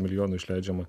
milijonų išleidžiama